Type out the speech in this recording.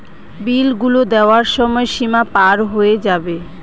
বিল গুলো দেওয়ার সময় সীমা পার হয়ে যাবে